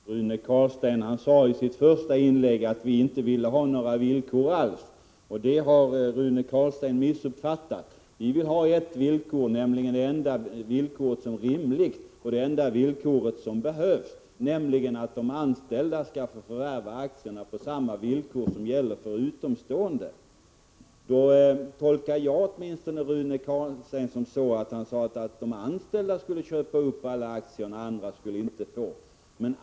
Herr talman! Rune Carlstein sade i sitt första inlägg att vi inte ville ha några villkor alls. Det har Rune Carlstein missuppfattat. Vi vill ha ett, det enda som är rimligt och det enda som behövs — nämligen att de anställda skall få förvärva aktierna på samma villkor som gäller för utomstående. Jag tolkade Rune Carlstein så när han sade, att de anställda då skulle köpa upp alla aktier och andra inte skulle få några.